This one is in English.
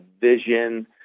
vision